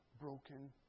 broken